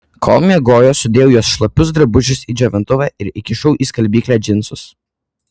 kol miegojo sudėjau jos šlapius drabužius į džiovintuvą ir įkišau į skalbyklę džinsus